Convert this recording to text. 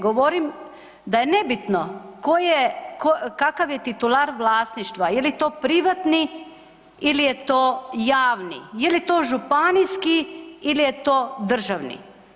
Govorim da je nebitno kakav je titular vlasništva, je li to privatni ili je to javni, je li to županijski ili je to državni.